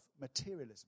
materialism